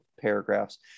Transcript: paragraphs